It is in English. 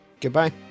Goodbye